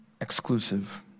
exclusive